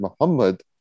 Muhammad